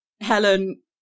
helen